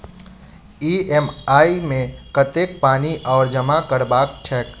EMI मे कतेक पानि आओर जमा करबाक छैक?